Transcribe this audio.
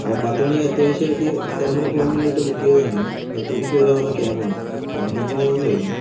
അപ്പം പത്തുമണിക്ക് അത്യാവശ്യായിട്ട് ഒരു സ്ഥലം വരെ പോവാൻ വേണ്ടിട്ട് ബുക്ക് ചെയ്തതാണ് പത്തുമണിക്ക് വാരാന്ന് പറഞ്ഞ ക്യാബ് ആണ് പന്ത്രണ്ടു മണിയും കഴിഞ്ഞു